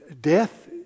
Death